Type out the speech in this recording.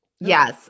Yes